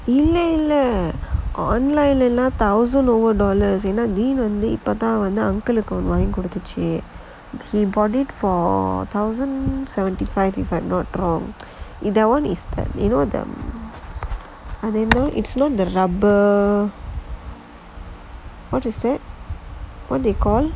இல்ல இல்ல:illa illa online எல்லாம்:ellaam thousand over dollars ஏனா:yaenaa deepavali இப்பத்தான் வந்து:ippathaan vanthu uncle வாங்கி குடுத்துச்சு:vaangi kuduthuchu he got it for thousand seventy five if I'm not wrong in that [one] is that you know the rubber what is that what they call